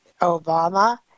Obama